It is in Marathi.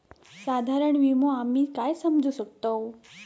साधारण विमो आम्ही काय समजू शकतव?